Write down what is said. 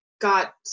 got